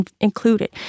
included